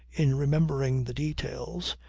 in remembering the details,